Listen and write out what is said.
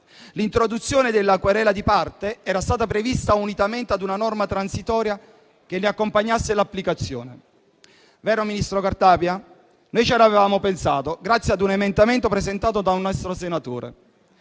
L'introduzione della querela di parte era stata prevista unitamente a una norma transitoria che ne accompagnasse l'applicazione: vero, ministro Cartabia? Noi ci avevamo pensato, grazie a un emendamento presentato da un nostro senatore.